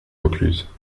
vaucluse